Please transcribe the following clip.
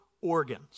organs